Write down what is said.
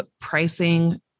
pricing